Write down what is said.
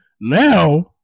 now